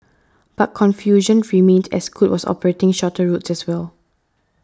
but confusion remained as Scoot was operating shorter routes as well